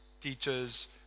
teachers